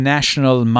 National